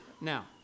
now